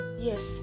yes